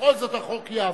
בכל זאת החוק יעבור,